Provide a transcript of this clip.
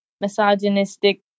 misogynistic